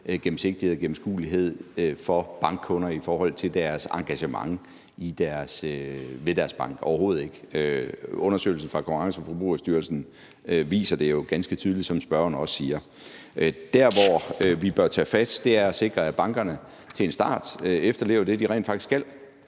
gennemsigtighed og gennemskuelighed for bankkunder i forhold til deres engagement med deres bank – overhovedet ikke. Undersøgelsen fra Konkurrence- og Forbrugerstyrelsen viser det jo, som spørgeren også siger, ganske tydeligt. Der, hvor vi bør tage fat, er i forhold til at sikre, at bankerne til en start efterlever det, de rent faktisk skal.